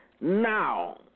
Now